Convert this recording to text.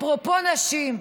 אפרופו נשים,